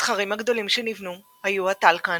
הסכרים הגדולים שנבנו היו הטאלקן,